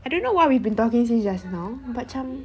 I don't know what we've been talking since just now macam